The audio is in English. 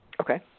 Okay